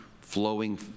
flowing